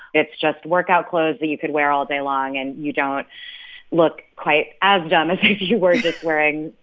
it's just workout clothes that you could wear all day long, and you don't look quite as dumb as if you were. just wearing,